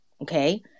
okay